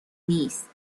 نیست